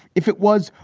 if it was,